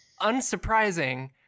unsurprising